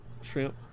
shrimp